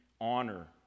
honor